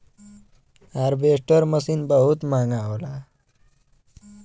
harvester machine बहुत महंगा होला